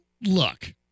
look